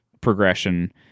progression